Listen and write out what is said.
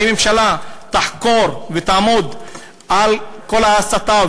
האם הממשלה תחקור ותעמוד על כל ההסתה,